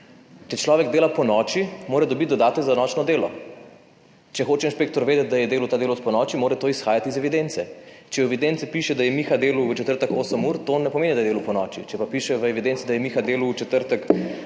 Če človek dela ponoči, mora dobiti dodatek za nočno delo. Če hoče inšpektor vedeti, da je delal ta delavec ponoči mora to izhajati iz evidence. Če v evidenci piše, da je Miha delal v četrtek 8 ur, to ne pomeni, da je delal ponoči. Če pa piše v evidenci, da je Miha delal v četrtek od